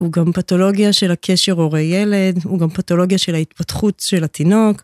הוא גם פתולוגיה של הקשר הורה ילד, הוא גם פתולוגיה של ההתפתחות של התינוק.